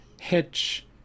Hitch